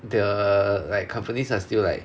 the like companies are still like